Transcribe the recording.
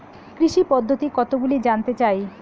কৃষি পদ্ধতি কতগুলি জানতে চাই?